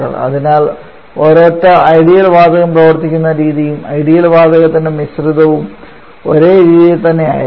അതിനാൽ ഒരൊറ്റ ഐഡിയൽ വാതകം പ്രവർത്തിക്കുന്ന രീതിയും ഐഡിയൽ വാതകത്തിൻറെ മിശ്രിതവും ഒരേ രീതിയിൽ തന്നെ ആയിരിക്കും